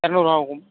இரநூறு ஆகும்